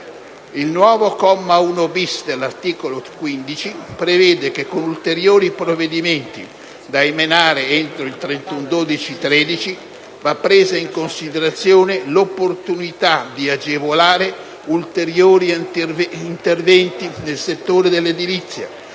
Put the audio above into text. Il nuovo comma 1-*bis* dell'articolo 15 prevede che con ulteriori provvedimenti, da emanare entro il 31 dicembre 2013, va presa in considerazione l'opportunità di agevolare ulteriori interventi nel settore dell'edilizia